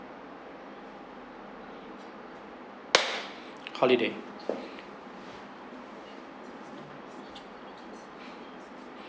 holiday